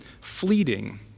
fleeting